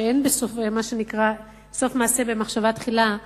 מה שנקרא "סוף מעשה במחשבה תחילה".